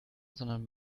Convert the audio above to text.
sondern